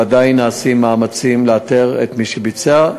ועדיין נעשים מאמצים לאתר את מי שביצע זאת.